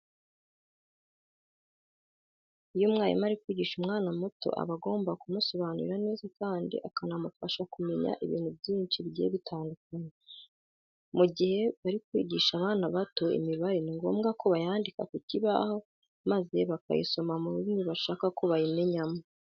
Iyo umwarimu ari kwigisha umwana muto aba agomba kumusobanurira neza kandi akanamufasha kumenya ibintu byinshi bigiye bitandukanye. Mu gihe bari kwigisha abana bato imibare ni ngombwa ko bayandika ku kibaho maze bakayisoma mu rurimi bashaka ko bayimenyamo.